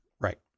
Right